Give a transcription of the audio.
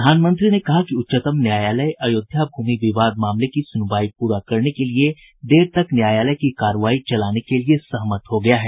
प्रधानमंत्री ने कहा कि उच्चतम न्यायालय अयोध्या भूमि विवाद मामले की सुनवाई प्ररा करने के लिए देर तक न्यायालय की कार्रवाई चलाने के लिए सहमत हो गया है